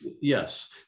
Yes